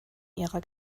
ihrer